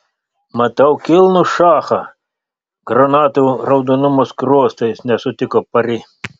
matau kilnų šachą granatų raudonumo skruostais nesutiko pari